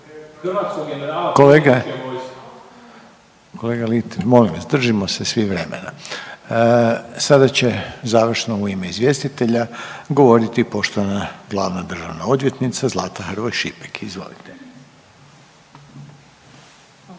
se ne razumije./… Kolega Litre molim vas držimo se svi reda. Sada će završno u ime izvjestitelja govoriti poštovana glavna državna odvjetnica Zlata Hrvoj Šipek. Izvolite.